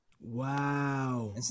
Wow